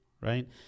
right